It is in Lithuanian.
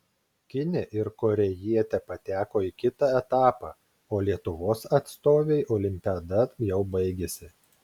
kinė ir korėjietė pateko į kitą etapą o lietuvos atstovei olimpiada jau baigėsi